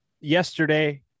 Yesterday